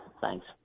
Thanks